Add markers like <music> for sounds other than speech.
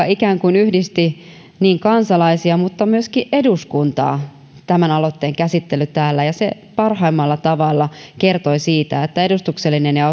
<unintelligible> ikään kuin yhdisti niin kansalaisia kuin myöskin eduskuntaa tämän aloitteen käsittely täällä se parhaimmalla tavalla kertoi siitä että edustuksellinen ja <unintelligible>